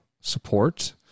support